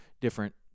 different